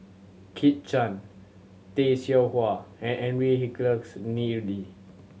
Kit Chan Tay Seow Huah and Henry